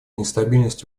нестабильности